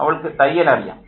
അവൾക്ക് തയ്യൽ അറിയാം